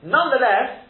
Nonetheless